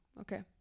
Okay